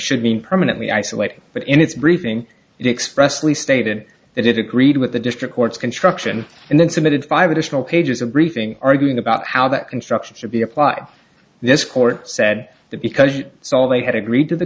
should mean permanently isolating but in its briefing expressively stated that it agreed with the district court's construction and then submitted five additional pages of briefing arguing about how that construction should be applied this court said that because it's all they had agreed to the